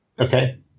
Okay